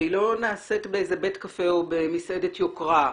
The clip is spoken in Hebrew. והיא לא נעשית בבית קפה או במסעדת יוקרה,